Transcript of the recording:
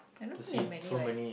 I don't think they have many what